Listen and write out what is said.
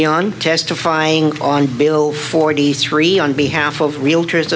on testifying on bill forty three on behalf of realtors